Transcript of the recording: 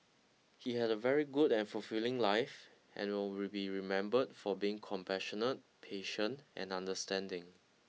he had a very good and fulfilling life and will be remembered for being compassionate patient and understanding